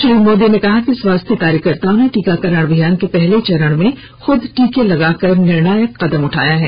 श्री मोदी ने कहा कि स्वास्थ्य कार्यकर्ताओं ने टीकाकरण अभियान के पहले चरण में खुद टीके लगवाकर निर्णायक कदम उठाया है